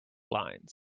lines